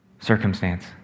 Circumstance